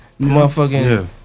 Motherfucking